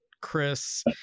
Chris